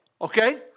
Okay